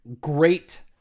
great